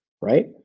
right